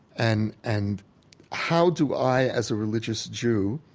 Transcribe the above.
and and how do i as a religious jew